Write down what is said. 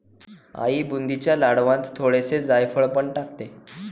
आई बुंदीच्या लाडवांत थोडेसे जायफळ पण टाकते